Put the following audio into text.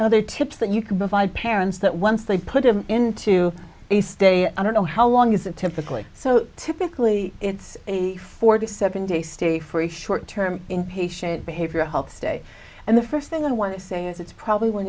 other tips that you can provide parents that once they put him into a stay i don't know how long is it typically so typically it's a forty seven day stay for a short term inpatient behavioral health stay and the first thing i want to say is it's probably one